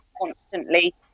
constantly